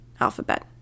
alphabet